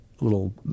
little